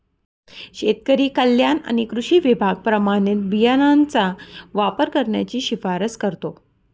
शेतकरी कल्याण आणि कृषी विभाग प्रमाणित बियाणांचा वापर करण्याची शिफारस करतो